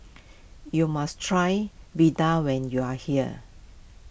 you must try Vadai when you are here